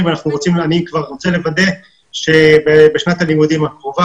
ואני רוצה לוודא שבשנת הלימודים הקרובה,